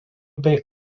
bei